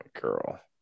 girl